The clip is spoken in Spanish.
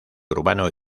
urbano